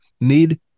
need